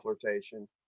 flirtation